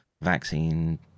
vaccine